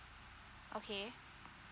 okay